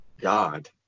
God